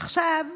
עכשיו,